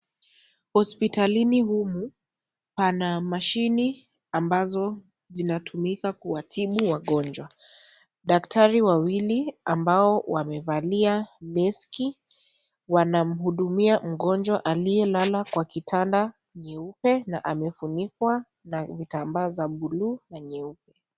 Hospitalini humu, pana mashini ambazo zinatumika kuwatibu wagonjwa. Daktari wawili, ambao wamevalia maski wanamhudumia mgonjwa aliyelala kwa kitanda nyeupe na amefunikwa na vitambaa za buluu na nyeupe.